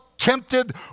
tempted